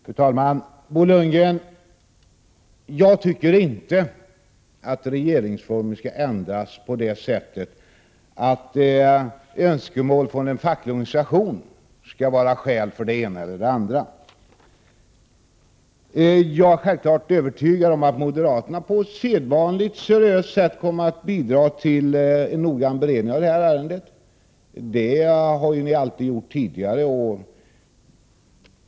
Fru talman! Bo Lundgren, jag tycker inte att regeringsformen skall ändras på grund av önskemål från en facklig organisation. Jag är självfallet övertygad om att moderaterna på sedvanligt seriöst sätt kommer att bidra till en noggrann beredning av detta ärende, det har de ju tidigare alltid gjort.